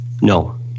No